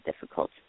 difficult